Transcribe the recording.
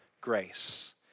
grace